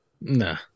Nah